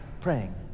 praying